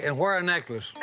and wear a necklace.